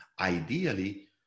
Ideally